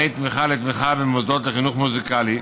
תמיכה לתמיכה במוסדות לחינוך מוזיקלי.